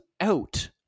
out